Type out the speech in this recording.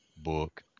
Book